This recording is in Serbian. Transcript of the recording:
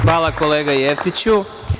Hvala kolega Jevtiću.